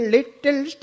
Little